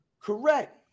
Correct